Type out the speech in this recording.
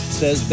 says